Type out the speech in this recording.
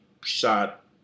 shot